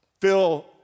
Phil